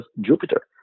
Jupiter